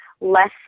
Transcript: less